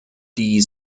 die